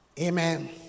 Amen